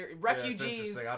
refugees